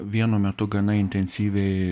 vienu metu gana intensyviai